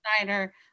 designer